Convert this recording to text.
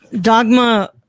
Dogma